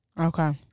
Okay